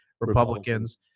republicans